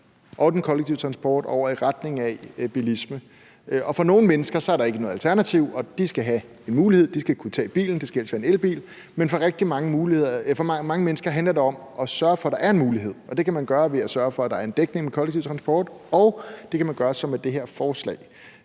og den kollektive transport over i retning af bilisme. For nogle mennesker er der ikke noget alternativ, og de skal have en mulighed, de skal kunne tage bilen, og det bliver så en elbil, men for mange mennesker handler det om at sørge for, at der er en mulighed, og det kan man gøre ved at sørge for, at der er en dækning med kollektiv transport, og det kan man gøre, som vi foreslår med det her forslag.